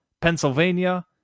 Pennsylvania